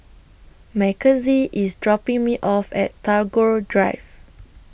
Makenzie IS dropping Me off At Tagore Drive